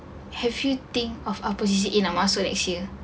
have you think of opposition in our what so leisure